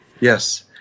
Yes